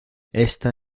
esta